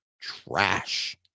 trash